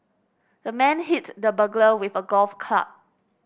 the man hit the burglar with a golf club